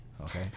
Okay